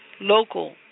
local